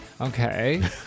Okay